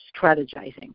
strategizing